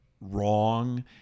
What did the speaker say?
wrong